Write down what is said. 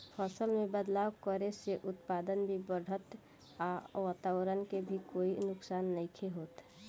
फसल में बदलाव करे से उत्पादन भी बढ़ता आ वातवरण के भी कोई नुकसान नइखे होत